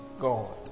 God